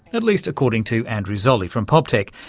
at least according to andrew zolli from poptech,